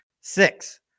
Six